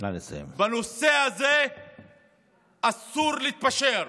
בנושא הזה אסור להתפשר,